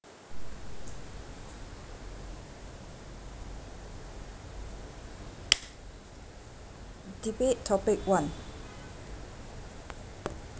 debate topic one